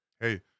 Hey